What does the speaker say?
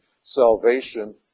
salvation